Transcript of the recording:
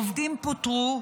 עובדים פוטרו,